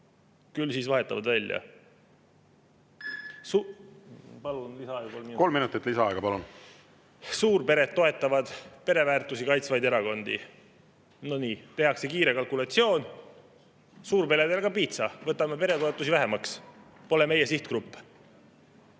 lisaaega, palun! Suurpered toetavad pereväärtusi kaitsvaid erakondi. No nii, tehakse kiire kalkulatsioon: suurperedele ka piitsa, võtame peretoetusi vähemaks, pole meie sihtgrupp.